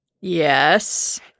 Yes